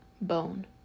bone